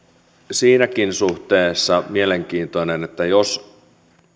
siinäkin suhteessa mielenkiintoinen että jos